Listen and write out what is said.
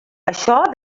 això